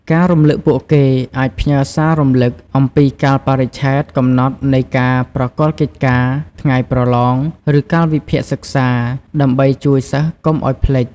ការរំលឹកពួកគេអាចផ្ញើរ សាររំលឹក អំពីកាលបរិច្ឆេទកំណត់នៃការប្រគល់កិច្ចការ ថ្ងៃប្រឡង ឬកាលវិភាគសិក្សា ដើម្បីជួយសិស្សកុំឲ្យភ្លេច។